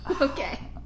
okay